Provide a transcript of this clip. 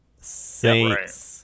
Saints